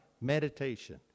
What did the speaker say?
meditation